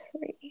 three